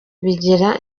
bigira